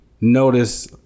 notice